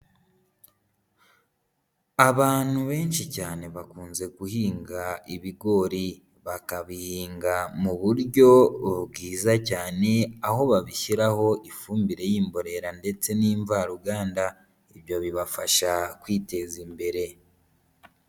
Abantu benshi cyane bakunze guhinga ibigori, bakabihinga mu buryo bwiza cyane aho babishyiraho ifumbire y'imborera ndetse n'invaruganda, ibyo bibafasha kwiteza imbere.